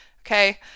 Okay